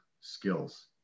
skills